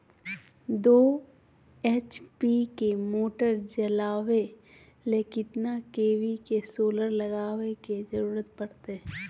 दो एच.पी के मोटर चलावे ले कितना के.वी के सोलर लगावे के जरूरत पड़ते?